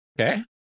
Okay